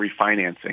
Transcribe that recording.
refinancing